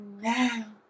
now